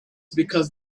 because